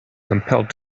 compelled